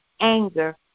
anger